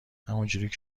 همینجوری